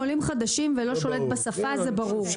עולים חדשים ולא שולט בשפה זה ברור.